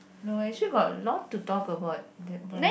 no actually got a lot to talk about that one